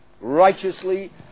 righteously